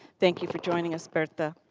thank you for joining us bertha.